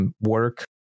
work